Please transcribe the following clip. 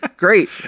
great